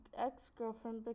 ex-girlfriend